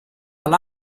alla